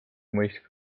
mõistlik